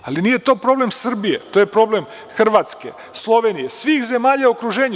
Ali, nije to problem Srbije, to je problem Hrvatske, Slovenije, svih zemalja u okruženju.